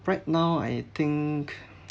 right now I think